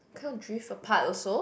kind of drift apart also